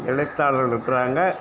எழுத்தாளர்கள் இருக்குறாங்கள்